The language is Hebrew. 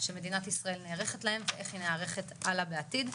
שמדינת ישראל נערכת להן ואיך היא נערכת הלאה בעתיד.